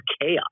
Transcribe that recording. chaos